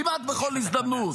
כמעט בכל הזדמנות,